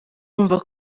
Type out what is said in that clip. bumva